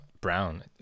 Brown